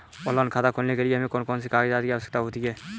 Online खाता खोलने के लिए हमें कौन कौन से कागजात की आवश्यकता होती है?